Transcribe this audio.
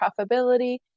profitability